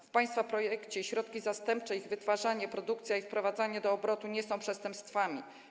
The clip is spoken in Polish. W państwa projekcie środki zastępcze, ich wytwarzanie, produkcja i wprowadzanie do obrotu nie są przestępstwami.